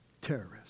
terrorist